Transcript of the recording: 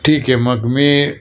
ठीक आहे मग मी